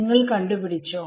നിങ്ങൾ കണ്ടു പിടിച്ചോ